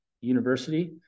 university